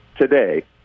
today